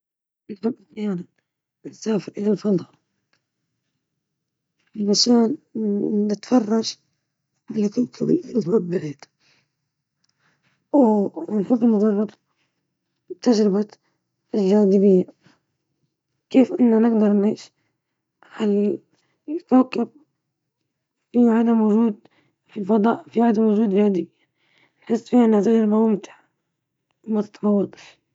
نعم، سأفعل لأن الفضاء يمثل لي عالمًا من الغموض والمغامرة، وأشعر أنه تجربة فريدة ومثيرة للبحث والاستكشاف.